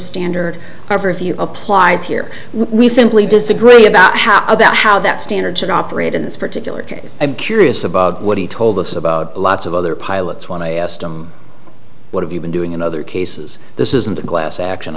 few applies here we simply disagree about how about how that standard should operate in this particular case i'm curious about what he told us about lots of other pilots when i asked him what have you been doing in other cases this isn't a glass action